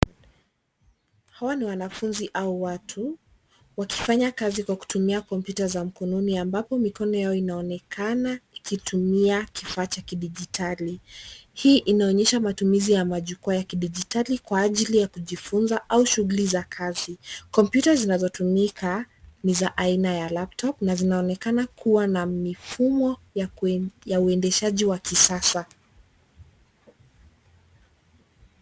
Hawa ni wanafunzi au watu wakifanya kazi kwa kutumia kompyuta za mkononi, ambapo mikono yao inaonekana ikitumia kifaa cha kidijitali. Hii inaonyesha matumizi ya majukwaa ya kidijitali kwa ajili ya kujifunza au shughuli za kazi. Kompyuta zinazotumika ni za aina ya [CS ] laptop na zinaoonekana kuwa na mifumo ya uendeshaji wa kisasa.